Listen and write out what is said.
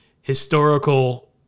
historical